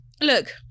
look